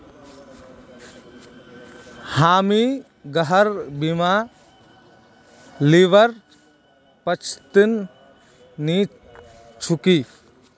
हामी गृहर बीमा लीबार पक्षत नी छिकु